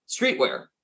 streetwear